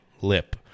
Lip